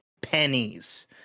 pennies